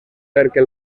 perquè